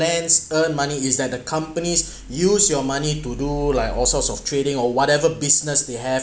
banks earn money is that the companies use your money to do like all sorts of trading or whatever business they have